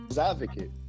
advocate